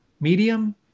medium